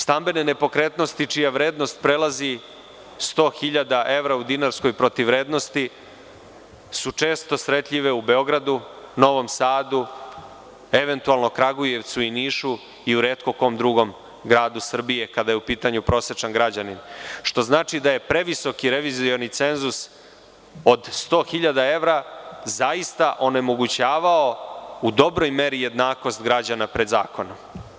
Stambene nepokretnosti čija vrednost prelazi 100 hiljada evra u dinarskoj protivvrednosti su često sretljive u Beogradu, Novom Sadu, eventualno Kragujevcu i Nišu i u retko kom drugom gradu Srbije kada je u pitanju prosečan građanin, što znači da je previsoki revizioni cenzus od 100.000 evra zaista onemogućavao u dobroj meri jednakost građana pred zakonom.